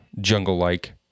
jungle-like